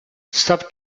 stop